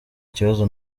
kibazo